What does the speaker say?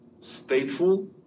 stateful